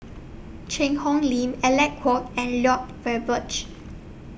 Cheang Hong Lim Alec Kuok and Lloyd Valberg